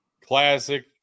classic